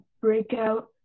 Breakout